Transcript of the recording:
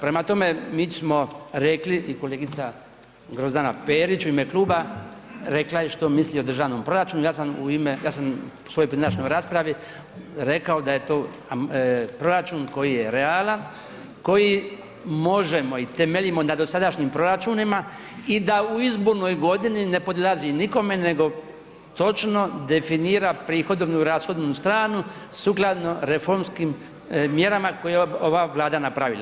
Prema tome, mi smo rekli i kolegica Grozdana Perić, u ime kluba, rekla je što misli o državnom proračunu, ja sam u svojoj pojedinačnoj raspravi rekao da je to proračun koji je realan, koji možemo i temeljimo na dosadašnjim proračunima i da u izbornoj godini ne podilazi nikome nego točno definira prihodovnu i rashodovnu stranu sukladno reformskim mjerama koje je ova Vlada napravila.